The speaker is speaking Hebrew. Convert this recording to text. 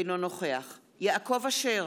אינו נוכח יעקב אשר,